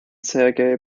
sergei